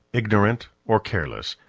ignorant, or careless,